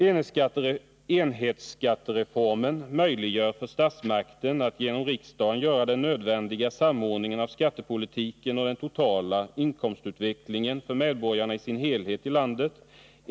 Enhetsskattereformen möjliggör för statsmakten att genom riksdagen göra den nödvändiga samordningen av skattepolitiken och den totala inkomstutvecklingen för medborgarna i sin helhet i landet.